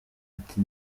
ati